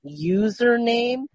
Username